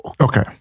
Okay